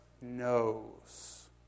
knows